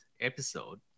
episode